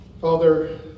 Father